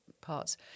parts